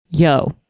yo